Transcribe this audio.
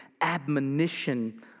admonition